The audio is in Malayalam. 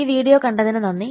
ഈ വീഡിയോ കണ്ടതിന് നന്ദി